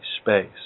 space